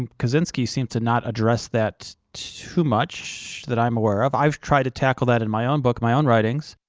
kaczynski seems to not address that too much that i'm aware of. i've tried to tackle that in my own book, my own writings.